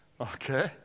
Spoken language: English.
Okay